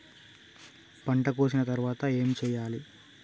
పంట కోసిన తర్వాత ఏం చెయ్యాలి?